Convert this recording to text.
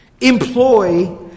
employ